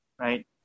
right